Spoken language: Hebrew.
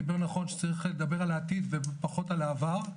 דיבר נכון שצריך לדבר על העתיד ופחות על העבר.